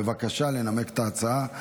בבקשה לנמק את ההצעה.